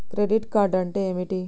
Credit card అంటే ఏమిటి?